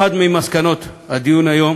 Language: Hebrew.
אחת ממסקנות הדיון היום